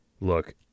Look